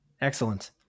Excellent